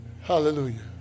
hallelujah